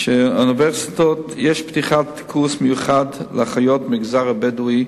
שיש פתיחת קורס מיוחד לאחיות במגזר הבדואי,